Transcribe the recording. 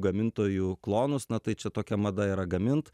gamintojų klonus na tai čia tokia mada yra gamint